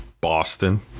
Boston